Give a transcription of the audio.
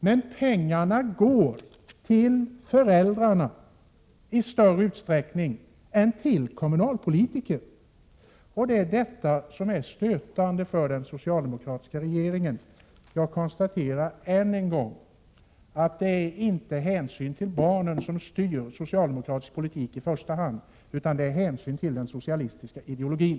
Men pengarna går i större utsträckning till föräldrarna än till kommunalpolitikerna, och det är detta som är stötande för den socialdemokratiska regeringen. Jag konstaterar än en gång att det inte är hänsyn till barnen som styr socialdemokratisk politik i första hand utan hänsyn till den socialistiska ideologin.